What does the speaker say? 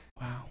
wow